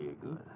good